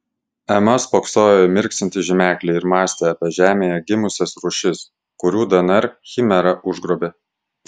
ema spoksojo į mirksintį žymeklį ir mąstė apie žemėje gimusias rūšis kurių dnr chimera užgrobė